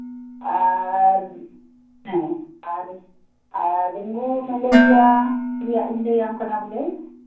ᱟᱨ ᱦᱮᱸ ᱟᱨ dengue malaria ᱨᱮᱭᱟᱜ ᱤᱧ ᱞᱟᱹᱭ ᱟᱢ ᱠᱟᱱᱟ ᱵᱚᱞᱮ